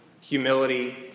humility